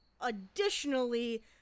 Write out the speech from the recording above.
additionally